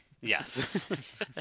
yes